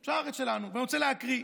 של הארץ שלנו, ואני רוצה להקריא: